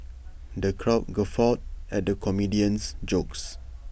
the crowd guffawed at the comedian's jokes